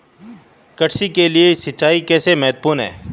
कृषि के लिए सिंचाई कैसे महत्वपूर्ण है?